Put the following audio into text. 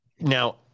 now